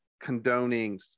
condoning